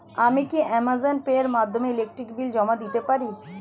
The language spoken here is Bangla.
আমি কি অ্যামাজন পে এর মাধ্যমে ইলেকট্রিক বিল জমা দিতে পারি?